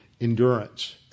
endurance